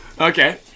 okay